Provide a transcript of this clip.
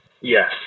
Yes